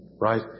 right